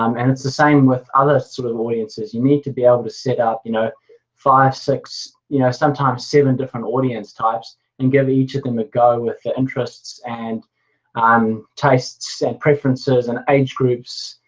um it's the same with other sort of audiences you need to be able to set up you know five, six you know sometimes seven different audience types and give each of them a go with the interests and um tastes and preferences and age groups,